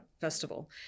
festival